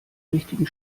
richtigen